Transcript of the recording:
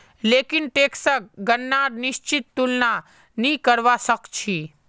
लेकिन टैक्सक गणनार निश्चित तुलना नी करवा सक छी